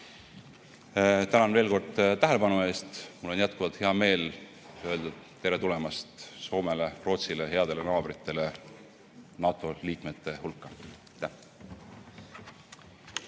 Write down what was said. Tänan veel kord tähelepanu eest! Mul on jätkuvalt hea meel öelda tere tulemast Soomele-Rootsile, headele naabritele, NATO liikmete hulka.